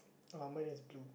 oh mine is blue